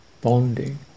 bonding